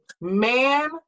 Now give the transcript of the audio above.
man